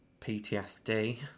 PTSD